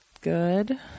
good